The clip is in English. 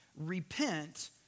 Repent